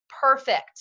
perfect